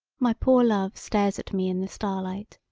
my poor love stares at me in the starlight.